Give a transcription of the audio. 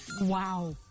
Wow